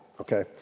okay